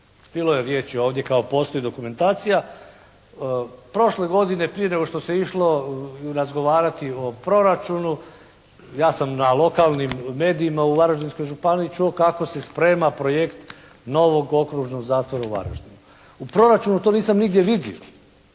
Bilo je riječi ovdje kao postoji dokumentacija. Prošle godine prije nego što se išlo razgovarati o proračunu ja sam na lokalnim medijima u Varaždinskoj županiji čuo kako se sprema projekt novog okružnog zatvora u Varaždinu. U proračunu to nisam nigdje vidio.